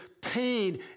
pain